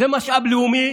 זה משאב לאומי